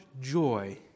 joy